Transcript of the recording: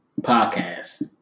podcast